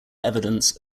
evidence